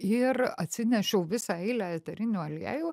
ir atsinešiau visą eilę eterinių aliejų